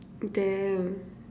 damn